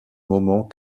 moment